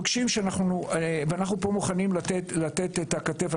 ואנחנו פה מוכנים לתת כתף.